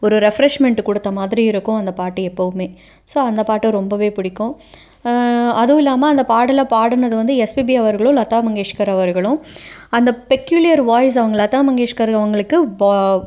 ஒரு ரெஃப்ரெஷ்மெண்ட் கொடுத்த மாதிரி இருக்கும் அந்த பாட்டு எப்போவுமே ஸோ அந்த பாட்டு ரொம்பவே பிடிக்கும் அதுவும் இல்லாமல் அந்த பாடலை பாடினது வந்து எஸ்பிபி அவர்களும் லதாமங்கேஸ்கர் அவர்களும் அந்த பெக்யூலியர் வாய்ஸ் அவங்க லதாமங்கேஸ்கர் அவங்களுக்கு வா